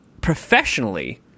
professionally